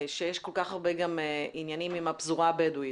שיש כל כך הרבה עניינים עם הפזורה הבדואית,